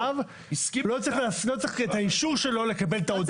לא צריך את האישור שלו לקבל את ההודעה.